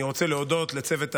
אני רוצה להודות לצוות הוועדה,